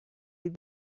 les